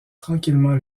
tranquillement